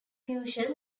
fusion